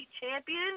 champion